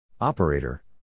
Operator